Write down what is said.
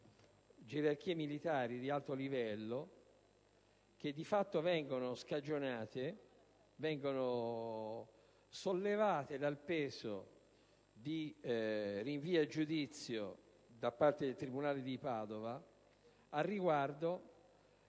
gerarchie militari di alto livello, che di fatto vengono scagionate, sollevate dal peso del rinvio a giudizio da parte del tribunale di Padova riguardo